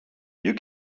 you